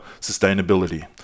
sustainability